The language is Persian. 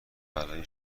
برام